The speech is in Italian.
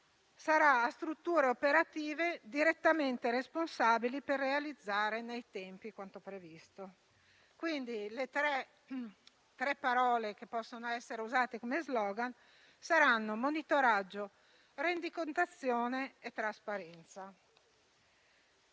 sarà a strutture operative direttamente responsabili per realizzare nei tempi quanto previsto. Le tre parole che possono essere usate come *slogan* saranno monitoraggio, rendicontazione e trasparenza.